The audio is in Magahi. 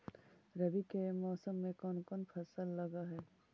रवि के मौसम में कोन कोन फसल लग है?